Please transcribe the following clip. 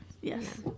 yes